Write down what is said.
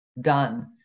done